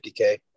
50k